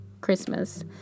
Christmas